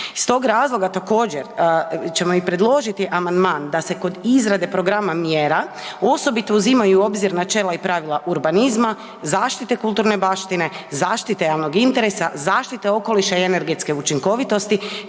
Iz tog razloga također ćemo i predložiti amandman da se kod izrade programa mjera osobito uzimaju u obzir načela i pravila urbanizma, zaštite kulturne baštine, zaštite javnog interesa, zaštite okoliša i energetske učinkovitosti,